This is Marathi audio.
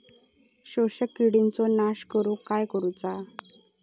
शोषक किडींचो नाश करूक काय करुचा?